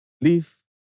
leave